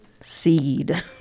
Seed